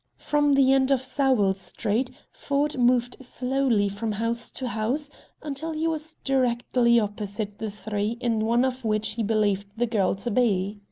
from the end of sowell street ford moved slowly from house to house until he was directly opposite the three in one of which he believed the girl to be.